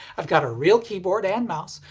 i've got a real keyboard and mouse,